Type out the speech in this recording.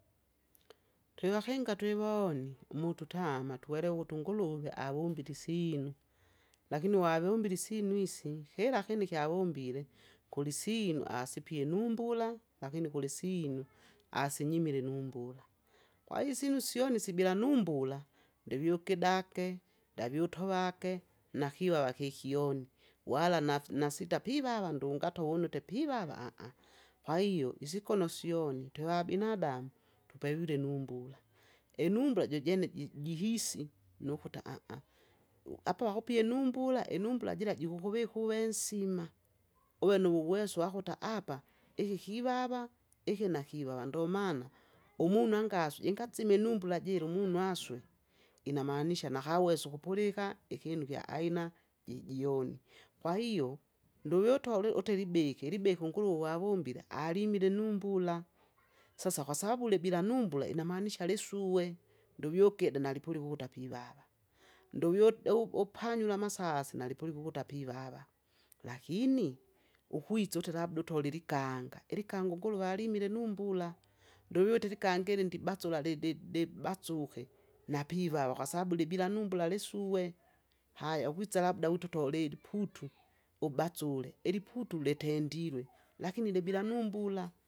Twevahenga twiwonu, mututama, twelewutu Nguluvi, awumbili sinu, lakini wawumbili sinu isi, hila hinu hyawumbile, kuna sinu asipye numbula, lakini kuli sinu asinyimile numbula. Kwaiyo sinu syoni si bila numbula, ndavyugidage, ndavyutovage, na hivava hikioni, wala naf- nasita pivava ndo ungato unete pivava. Kwaiyo isigono syonu toha binadamu, tupevilwe numbula, enumbula jojene ji- jihisi nuhuta. Apo ahupye numbula, enumbula jila jihuhuve- huve nsima, uwe nuwuweso wahuta apa, ihi hivava, ihi na hivava ndo mana, umunu angaswi ingatsimi numbula jiri munu aswe, inamanisha na hawesu kupuliha, ihinu hya aina, jejoni. Kwahiyo nduoto loote libehe, libehu Nguluvawumbile alimili numbula, sasa hwasabu libila numbula ina manisha lisuwe, nduwugyede nalipuli huta pivava, nduyu- u- upanyula masasa na lipuliwu huta pivava. Lakini uhwitsuti labda utoli liganga, iligangu Nguluvalimile numbula, nduwuti ligangili ndibatsula de- de- debatsuhe, na pivava kwasabu libila numbula lisuwe, haya uhwitsa labda utitoleli putu ubatsule, iliputu letendilwe, lakini libila numbula